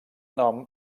nom